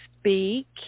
speak